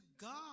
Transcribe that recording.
God